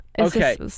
Okay